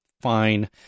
fine